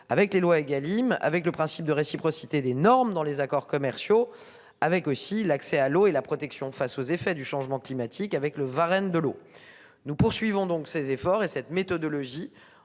avec les loi Egalim avec le principe de réciprocité des normes dans les accords commerciaux avec aussi l'accès à l'eau et la protection face aux effets du changement climatique avec le Varenne, de l'eau. Nous poursuivons donc ses efforts et cette méthodologie